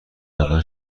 دندان